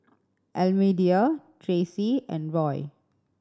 Almedia Traci and Roy